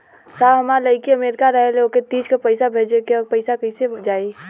साहब हमार लईकी अमेरिका रहेले ओके तीज क पैसा भेजे के ह पैसा कईसे जाई?